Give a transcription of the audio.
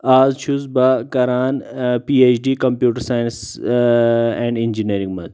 آز چُھس بہِ کران P H D computer science منز اینڈ اٮ۪نجنیرنگ منز